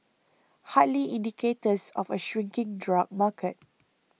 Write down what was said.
hardly indicators of a shrinking drug market